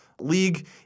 league